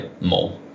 more